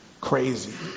crazy